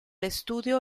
estudio